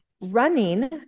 running